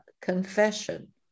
confession